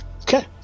Okay